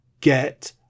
get